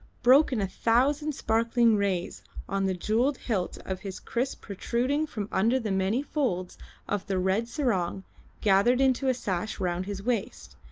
broke in a thousand sparkling rays on the jewelled hilt of his kriss protruding from under the many folds of the red sarong gathered into a sash round his waist,